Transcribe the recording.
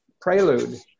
prelude